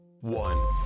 one